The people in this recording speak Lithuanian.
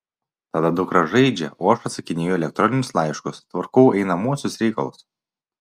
tada dukra žaidžia o aš atsakinėju į elektroninius laiškus tvarkau einamuosius reikalus